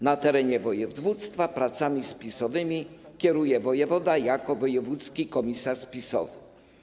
Na terenie województwa pracami spisowymi kieruje wojewoda jako wojewódzki komisarz spisowy.